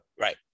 right